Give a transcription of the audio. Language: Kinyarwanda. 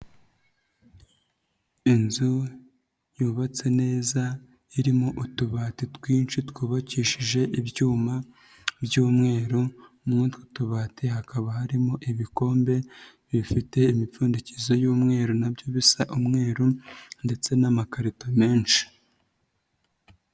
Inzu yubatse neza irimo utubati twinshi twubakishije ibyuma by'umweru, muri utwo tubati hakaba harimo ibikombe bifite imipfundikizo y'umweru na byo bisa umweru ndetse n'amakarito menshi.